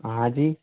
हाँ जी